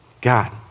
God